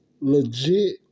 legit